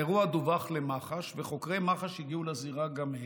האירוע דווח למח"ש וחוקרי מח"ש הגיעו לזירה גם הם.